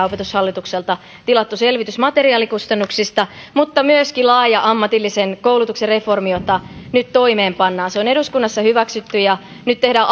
opetushallitukselta tilattu selvitys materiaalikustannuksista mutta myöskin laaja ammatillisen koulutuksen reformi jota nyt toimeenpannaan se on eduskunnassa hyväksytty nyt tehdään